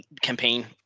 campaign